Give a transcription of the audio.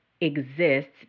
exists